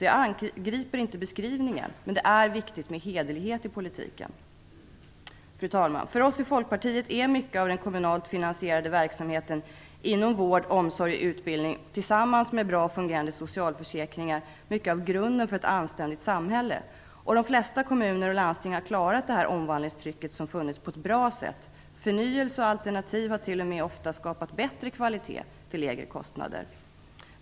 Jag angriper inte beskrivningen. Men det är viktigt med hederlighet i politiken. Fru talman! För oss i Folkpartiet är mycket av den kommunalt finansierade verksamheten inom vård, omsorg och utbildning, tillsammans med bra fungerande socialförsäkringar, mycket av grunden för ett anständigt samhälle. De flesta kommuner och landsting har också på ett bra sätt klarat det omvandlingstryck som funnits. Förnyelse och alternativ har t.o.m. ofta skapat bättre kvalitet till lägre kostnader.